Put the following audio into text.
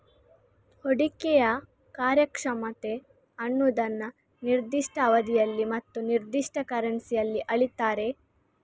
ಹೂಡಿಕೆಯ ಕಾರ್ಯಕ್ಷಮತೆ ಅನ್ನುದನ್ನ ನಿರ್ದಿಷ್ಟ ಅವಧಿಯಲ್ಲಿ ಮತ್ತು ನಿರ್ದಿಷ್ಟ ಕರೆನ್ಸಿಯಲ್ಲಿ ಅಳೀತಾರೆ